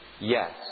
Yes